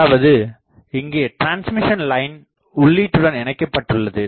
அதாவது இங்கே transmission line உள்ளீட்டுடன் இணைக்கப்பட்டுள்ளது